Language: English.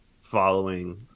following